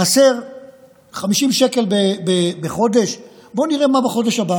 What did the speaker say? חסרים 50 שקל בחודש, בואו נראה מה יהיה בחודש הבא.